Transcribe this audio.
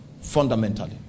fundamentally